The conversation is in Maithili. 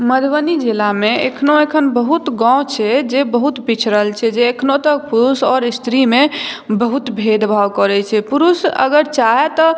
मधुबनी जिलामे अखनौ अखन बहुत गाँव छै जे बहुत पिछड़ल छै जे अखनौ तक पुरूष आओर स्त्रीमे बहुत भेदभाव करै छै पुरूष अगर चाहै तऽ